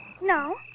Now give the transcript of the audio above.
No